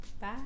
bye